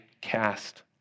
cast